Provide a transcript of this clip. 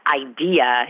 idea